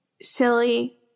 silly